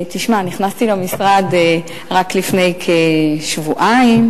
תשמע, נכנסתי למשרד רק לפני כשבועיים.